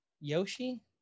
Yoshi